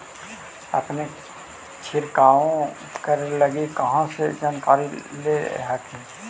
अपने छीरकाऔ करे लगी कहा से जानकारीया ले हखिन?